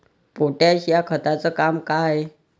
Potash या खताचं काम का हाय?